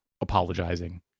apologizing